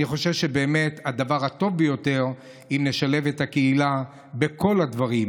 אני חושב שבאמת הדבר הטוב ביותר הוא אם נשלב את הקהילה בכל הדברים.